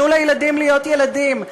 תנו לילדים להיות ילדים.